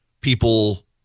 people